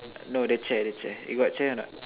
no the chair the chair you got chair or not